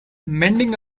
mending